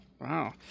Wow